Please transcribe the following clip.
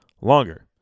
longer